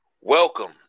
Welcome